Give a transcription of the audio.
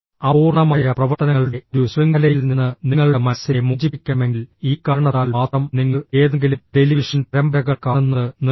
അപൂർണ്ണമായ പ്രവർത്തനങ്ങളുടെ ഒരു ശൃംഖലയിൽ നിന്ന് നിങ്ങളുടെ മനസ്സിനെ മോചിപ്പിക്കണമെങ്കിൽ ഈ കാരണത്താൽ മാത്രം നിങ്ങൾ ഏതെങ്കിലും ടെലിവിഷൻ പരമ്പരകൾ കാണുന്നത് നിർത്തണം